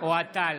אוהד טל,